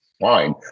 fine